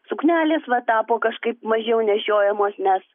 suknelės va tapo kažkaip mažiau nešiojamos nes